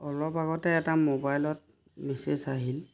অলপ আগতে এটা মোবাইলত মেচেজ আহিল